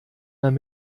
man